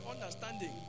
understanding